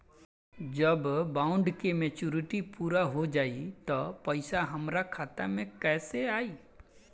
जब बॉन्ड के मेचूरिटि पूरा हो जायी त पईसा हमरा खाता मे कैसे आई?